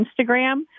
Instagram